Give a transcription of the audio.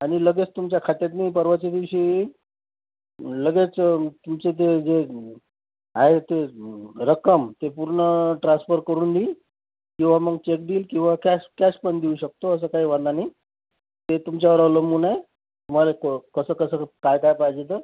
आणि लगेच तुमच्या खात्यात मी परवाच्या दिवशी लगेच तुमचे जे जे आहे ते रक्कम ते पूर्ण ट्रान्स्फर करून देईन किंवा मग चेक देईल किंवा कॅश कॅश पण देऊ शकतो असा काही वांधा नाही ते तुमच्यावर अवलंबून आहे तुम्हाला को कसं कसं काय काय पाहिजे ते